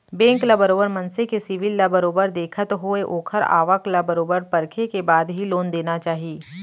bank ल बरोबर मनसे के सिविल ल बरोबर देखत होय ओखर आवक ल बरोबर परखे के बाद ही लोन देना चाही